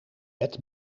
bed